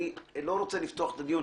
אני לא רוצה לפתוח את הדיון,